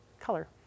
color